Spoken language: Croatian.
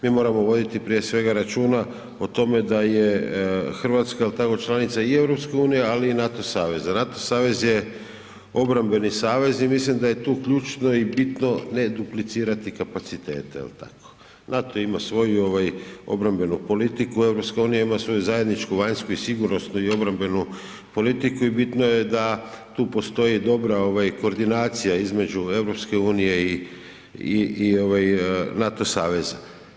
Mi moramo voditi prije svega računa o tome da je RH jel tako članica i EU, ali i NATO saveza, NATO savez je obrambeni savez i mislim da je tu ključno i bitno ne duplicirati kapacitete jel tako, NATO ima svoju ovaj obrambenu politiku, EU ima svoju zajedničku, vanjsku i sigurnosnu i obrambenu politiku i bitno je da tu postoji dobra koordinacija između EU i NATO saveza.